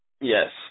Yes